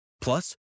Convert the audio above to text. Plus